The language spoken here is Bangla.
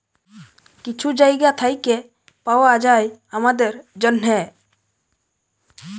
কিছু জায়গা থ্যাইকে পাউয়া যায় আমাদের জ্যনহে